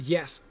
Yes